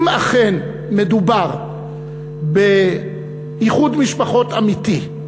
אם אכן מדובר באיחוד משפחות אמיתי,